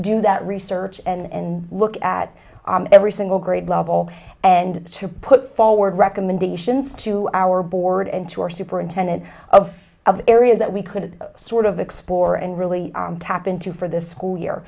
do that research and look at every single grade level and to put forward recommendations to our board and to our superintendent of of areas that we could sort of explore and really tap into for this school year